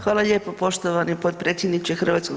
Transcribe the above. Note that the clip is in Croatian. Hvala lijepo poštovani potpredsjedniče HS.